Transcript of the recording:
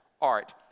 art